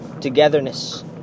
togetherness